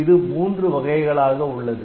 இது மூன்று வகைகளாக உள்ளது